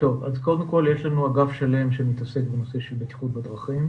יש לנו אגף שלם שמתעסק בנושא של בטיחות בדרכים.